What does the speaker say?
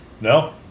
No